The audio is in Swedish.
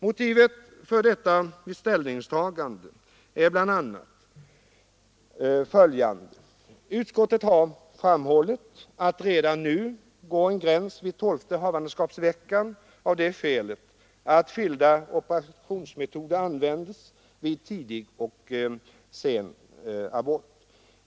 Motivet till mitt ställningstagande är följande: Utskottet har framhållit att redan nu går en gräns vid tolfte havandeskapsveckan av det skälet att skilda operationsmetoder används vid tidigt och sent ingrepp.